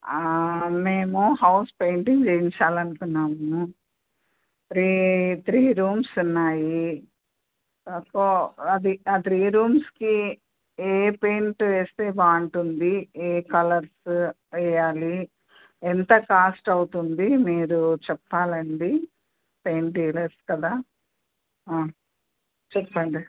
మేము house painting చేయించాలి అనుకున్నాము త్రీ త్రీ రూమ్స్ ఉన్నాయి అది ఆ త్రీ రూమ్స్కి ఏ పెయింట్ వేస్తే బాగుంటుంది ఏ కలర్స్ వేయాలి ఎంత కాస్ట్ అవుతుంది మీరు చెప్పాలండి పెయింట్ డీలర్స్ కదా చెప్పండి